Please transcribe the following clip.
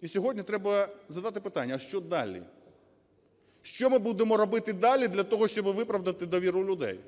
І сьогодні треба задати питання: а що далі? Що ми будемо робити далі для того, щоб виправдати довіру людей?